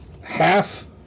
half